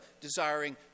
desiring